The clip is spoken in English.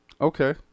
Okay